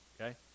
okay